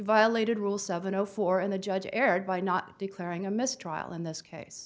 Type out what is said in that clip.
violated rule seven zero four and the judge erred by not declaring a mistrial in this case